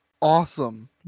awesome